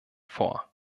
vor